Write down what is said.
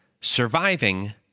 surviving